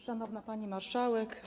Szanowna Pani Marszałek!